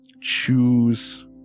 Choose